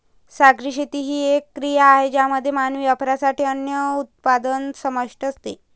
सागरी शेती ही एक क्रिया आहे ज्यामध्ये मानवी वापरासाठी अन्न उत्पादन समाविष्ट असते